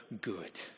good